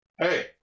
Hey